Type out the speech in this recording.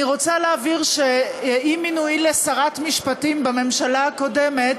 אני רוצה להבהיר שעם מינויי לשרת משפטים בממשלה הקודמת